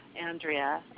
Andrea